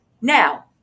Now